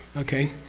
okay?